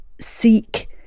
seek